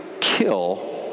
kill